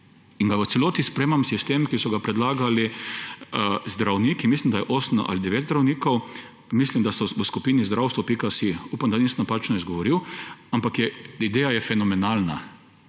In da v celoti sprejemam sistem, ki so ga predlagali zdravniki, mislim, da je osem ali devet zdravnikov; mislim, da so v skupini zdravstvo.si. Upam, da nisem napačno izgovoril, ampak ideja je fenomenalna.